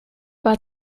war